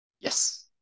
Yes